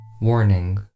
Warning